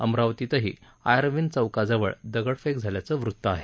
अमरावतीतही Irwin चौकाजवळ दगडफेक झाल्याचं वृत्त आहे